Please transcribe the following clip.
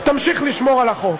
תמשיך לשמור על החוק.